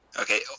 Okay